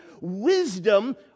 wisdom